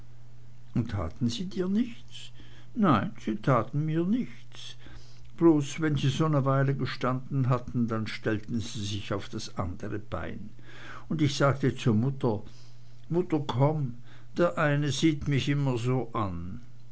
und taten sie dir nichts nein sie taten mir nichts bloß wenn sie so ne weile gestanden hatten dann stellten sie sich auf das andre bein und ich sagte zu mutter mutter komm der eine sieht mich immer so an